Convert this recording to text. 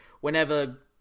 whenever